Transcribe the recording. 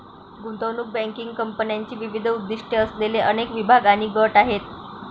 गुंतवणूक बँकिंग कंपन्यांचे विविध उद्दीष्टे असलेले अनेक विभाग आणि गट आहेत